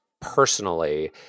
personally